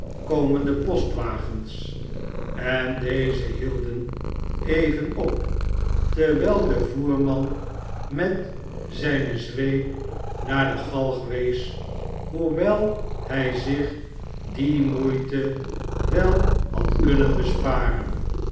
komende postwar gens en deze hielden even op terwijl de voerrrian met zijne zweer naar de galg wees hoewel hij zich die moeite wel had kunnen besparen